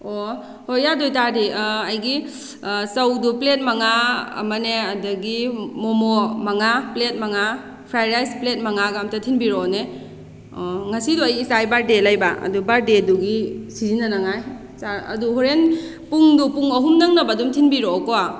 ꯑꯣ ꯍꯣꯏ ꯌꯥꯗꯣꯏ ꯑꯣꯏꯇꯗꯤ ꯑꯩꯒꯤ ꯆꯧꯗꯣ ꯄ꯭ꯂꯦꯠ ꯃꯉꯥ ꯑꯃꯅꯦ ꯑꯗꯒꯤ ꯃꯣꯃꯣ ꯃꯉꯥ ꯄ꯭ꯂꯦꯠ ꯃꯉꯥ ꯐꯔꯥꯏꯗ ꯔꯥꯏꯁ ꯄ꯭ꯂꯦꯠ ꯃꯉꯥꯒ ꯑꯃꯇ ꯊꯤꯟꯕꯤꯔꯛꯑꯣꯅꯦ ꯑꯣ ꯉꯁꯤꯗꯣ ꯑꯩ ꯏꯆꯥꯏ ꯕꯥꯔꯠꯗꯦ ꯂꯩꯕ ꯑꯗꯨ ꯕꯥꯔꯠꯗꯦꯗꯨꯒꯤ ꯁꯤꯖꯤꯟꯅꯅꯉꯥꯏ ꯑꯗꯨ ꯍꯣꯔꯦꯟ ꯄꯨꯡꯗꯣ ꯄꯨꯡ ꯑꯍꯨꯝ ꯅꯪꯅꯕ ꯑꯗꯨꯝ ꯊꯤꯟꯕꯤꯔꯛꯑꯣ ꯀꯣ